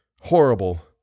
horrible